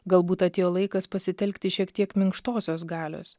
galbūt atėjo laikas pasitelkti šiek tiek minkštosios galios